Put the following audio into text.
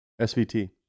SVT